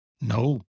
No